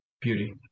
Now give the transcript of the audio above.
beauty